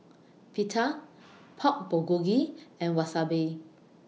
Pita Pork Bulgogi and Wasabi